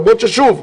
למרות ששוב,